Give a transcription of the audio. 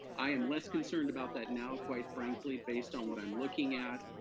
i am less concerned about that now, quite frankly, based on what i'm looking at.